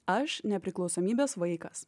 aš nepriklausomybės vaikas